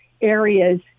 areas